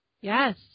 Yes